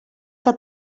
que